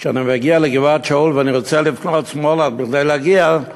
כשאני מגיע לגבעת-שאול ואני רוצה לפנות שמאלה כדי להגיע,